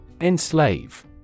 Enslave